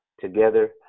together